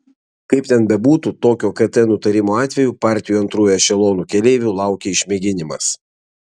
kaip ten bebūtų tokio kt nutarimo atveju partijų antrųjų ešelonų keleivių laukia išmėginimas